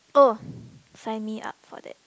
oh sign me up for that